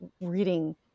reading